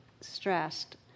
stressed